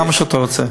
כמה שאתה רוצה.